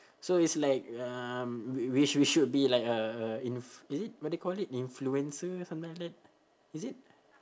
so it's like um we we should we should be like a a inf~ is it what do you call it influencer something like that is it